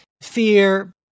fear